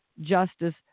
justice